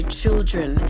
children